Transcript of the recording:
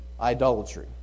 idolatry